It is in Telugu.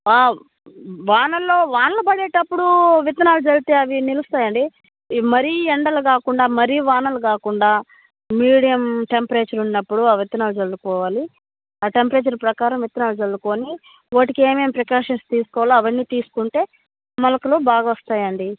వానల్లో వానలు పడేటప్పుడు విత్తనాలు చల్లితే అవి నిలుస్తాయండీ ఈ మరీ ఎండలు కాకుండా మరీ వానలు కాకుండా మీడియం టెంపరేచర్ ఉన్నప్పుడు ఆ విత్తనాలు జల్లుకోవాలి ఆ టెంపరేచర్ ప్రకారం విత్తనాలు చల్లుకుని వాటికేమేమి ప్రికాషన్స్ తీసుకోవాలో అవన్నీ తీసుకుంటే మొలకలు బాగా వస్తాయండి